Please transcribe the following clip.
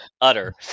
utter